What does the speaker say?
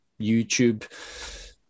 youtube